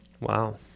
Wow